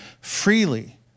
freely